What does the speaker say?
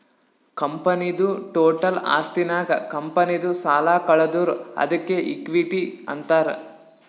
ಕಂಪನಿದು ಟೋಟಲ್ ಆಸ್ತಿನಾಗ್ ಕಂಪನಿದು ಸಾಲ ಕಳದುರ್ ಅದ್ಕೆ ಇಕ್ವಿಟಿ ಅಂತಾರ್